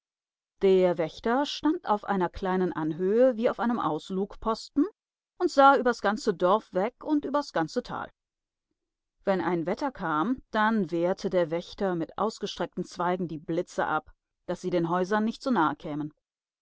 der wächter stand auf einer kleinen anhöhe wie auf einem auslugposten und sah übers ganze dorf weg und übers ganze tal wenn ein wetter kam dann wehrte der wächter mit ausgestreckten zweigen die blitze ab daß sie den häusern nicht zu nahe kämen